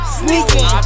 sneaking